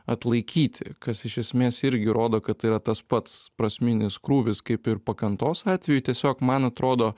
atlaikyti kas iš esmės irgi rodo kad tai yra tas pats prasminis krūvis kaip ir pakantos atveju tiesiog man atrodo